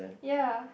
ya